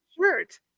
shirt